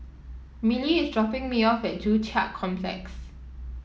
Milly is dropping me off at Joo Chiat Complex